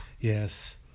yes